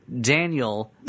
Daniel